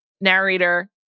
narrator